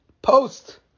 Post